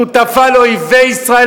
שותפה לאויבי ישראל,